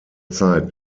zeit